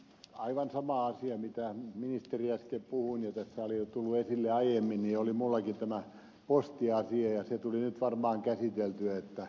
aivan sama asia mitä ministeri äsken puhui ja mikä tässä on tullut esille jo aiemmin oli minullakin tämä postiasia ja se tuli nyt varmaan käsiteltyä että se siitä